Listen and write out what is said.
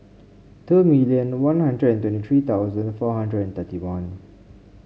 two million One Hundred and twenty three four hundred and thirty one